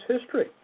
history